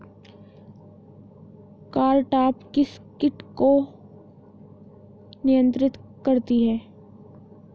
Cartap किस किट को नियंत्रित करती है?